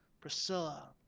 Priscilla